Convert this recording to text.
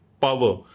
power